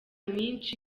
myinshi